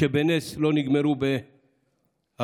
שבנס לא נגמרו בהרוגים.